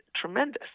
tremendous